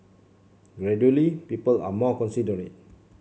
gradually people are more considerate